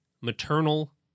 maternal